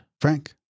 Frank